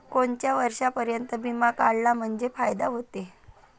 कोनच्या वर्षापर्यंत बिमा काढला म्हंजे फायदा व्हते?